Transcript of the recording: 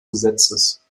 gesetzes